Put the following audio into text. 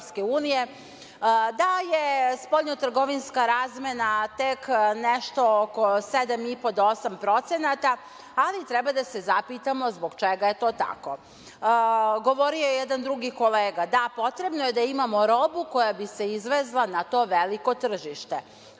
da je spoljno-trgovinska razmena tek nešto oko 7,5% do 8%, ali treba da se zapitamo zbog čega je to tako? Govorio je jedan drugi kolega, da, potrebno je da imamo robu, koja bi se izvezla na to veliko tržište. Onda